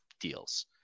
deals